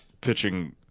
pitching